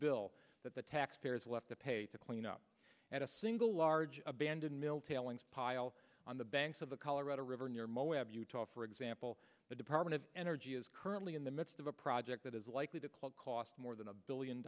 bill that the taxpayers will have to pay to clean up at a single large abandoned mill tailings pile on the banks of the colorado river near moab utah for example the department of energy is currently in the midst of a project that is likely to quote cost more than a billion